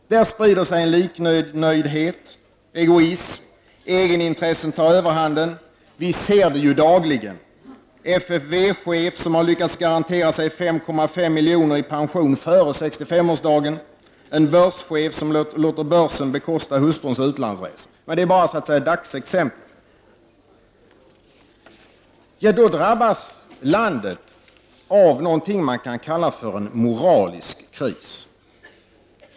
Det sprider sig liknöjdhet och egoism. Egenintresset tar överhanden. Vi ser det dagligen. FFV-chefen har lyckats tillförsäkra sig 5,5 miljoner i pension före 65-årsdagen. En börschef låter börsen bekosta hustruns utlandsresor. Detta är bara dagsexempel. Landet drabbas av någonting som kan kallas en moralisk kris.